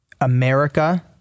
America